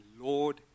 Lord